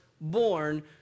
born